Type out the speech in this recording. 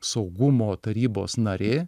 saugumo tarybos narė